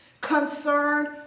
concerned